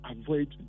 avoid